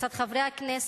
מצד חברי הכנסת,